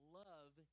love